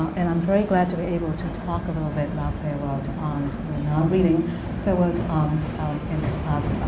and i'm very glad to be able to talk a little bit about farewell to arms. we're not reading farewell to arms in this class.